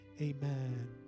Amen